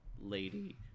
lady